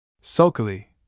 Sulkily